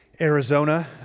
Arizona